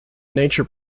nature